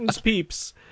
Peeps